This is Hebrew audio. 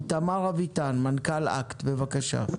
איתמר אביטן, מנכ"ל אקט, בבקשה.